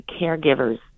caregivers